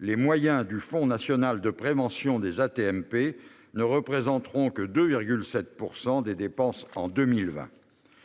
Les moyens du Fonds national de prévention des AT-MP ne représenteront que 2,7 % des dépenses en 2020.